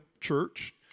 church